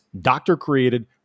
doctor-created